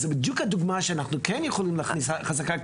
זה בדיוק הדוגמה שאנחנו כן יכולים להכניס חזקה,